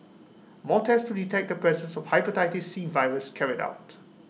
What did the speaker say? more tests to detect the presence of Hepatitis C virus carried out